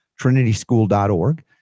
trinityschool.org